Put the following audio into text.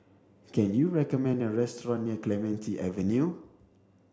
can you recommend a restaurant near Clementi Avenue